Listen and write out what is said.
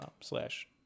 slash